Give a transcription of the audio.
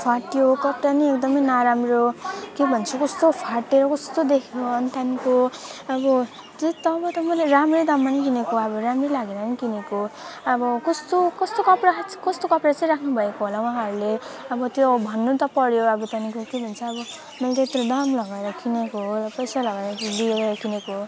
फाट्यो कपडा नै एकदम नराम्रो के भन्छु कस्तो फाटेर कस्तो देखियो अनि त्यहाँको अब तब त मैले राम्रै दाममा नि किनेको थिएँ अब राम्रै लागेर नै किनेको हो अब कस्तो कस्तो कपडा कस्तो कपडा चाहिँ राख्नु भएको होला उहाँहरूले अब त्यो भन्नु त पर्यो अब त्यहाँको के भन्छ अब मैले त्यत्रो दाम लगाएर किनेको हो पैसा लगाएर किनेको हो